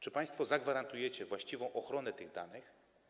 Czy państwo zagwarantujecie właściwą ochronę tych danych?